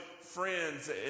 friends